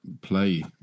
play